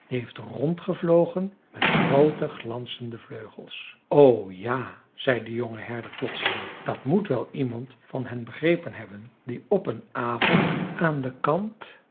heeft rondgevlogen met groote glanzende vleugels o ja zei de jonge herder plotseling dat moet wel iemand van hen begrepen hebben die op een avond aan den kant